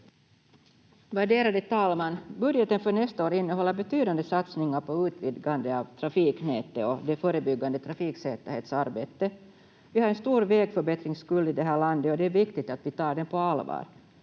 Värderade talman! Budgeten för nästa år innehåller betydande satsningar på utvidgande av trafiknätet och det förebyggande trafiksäkerhetsarbetet. Vi har en stor vägförbättringsskuld i det här landet, och det är viktigt att vi tar den på allvar.